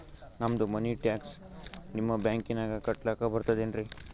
ನಮ್ದು money tax ನಿಮ್ಮ ಬ್ಯಾಂಕಿನಾಗ ಕಟ್ಲಾಕ ಬರ್ತದೇನ್ರಿ?